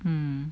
mm